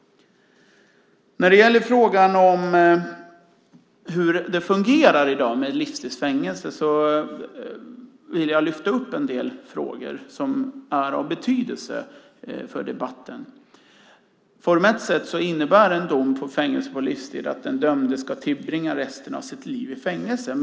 När det gäller frågan om hur det fungerar med livstids fängelse i dag vill jag lyfta upp en del saker som är av betydelse för debatten. Formellt sett innebär en dom på fängelse på livstid att den dömde ska tillbringa resten av sitt liv i fängelse.